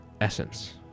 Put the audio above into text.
essence